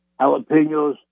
jalapenos